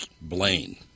Blaine